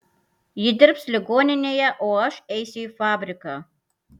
ji dirbs ligoninėje o aš eisiu į fabriką